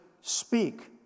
speak